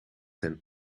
ten